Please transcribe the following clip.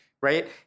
right